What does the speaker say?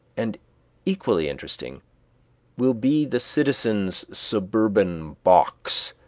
and equally interesting will be the citizen's suburban box,